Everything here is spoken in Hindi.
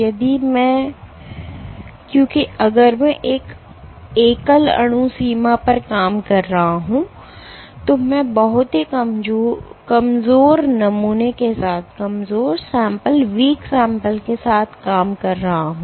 यदि मैं क्योंकि अगर मैं एकल अणु सीमा पर काम कर रहा हूं तो मैं बहुत ही कमजोर नमूने के साथ काम कर रहा हूं